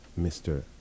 Mr